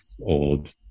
old